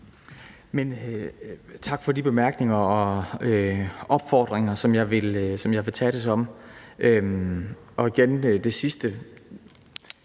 Tak for de bemærkninger og opfordringer, som jeg vil tage det som. Og det sidste